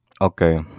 Okay